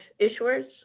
issuers